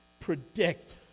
predict